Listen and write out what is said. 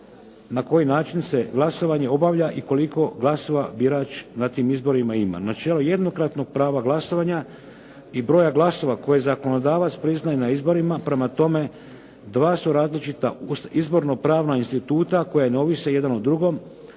na koji način se glasovanje obavlja i koliko glasova birač na tim izborima ima. Načelo jednokratnog prava glasovanja i broja glasova koje zakonodavac priznaje na izborima, prema tome dva su različita izborno-pravna instituta koji ne ovise jedan o drugom